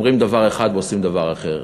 אומרים דבר אחד ועושים דבר אחר.